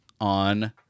on